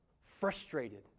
Frustrated